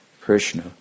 Krishna